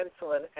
insulin